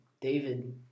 David